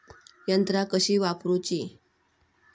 यंत्रा कशी वापरूची?